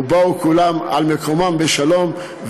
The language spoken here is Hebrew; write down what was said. ובאו כולם על מקומם בשלום,